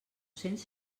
cents